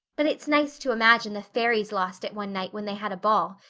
but it's nice to imagine the fairies lost it one night when they had a ball,